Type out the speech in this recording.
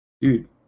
Dude